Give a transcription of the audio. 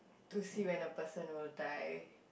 to see when a person will die